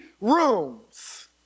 rooms